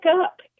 up